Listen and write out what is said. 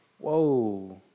whoa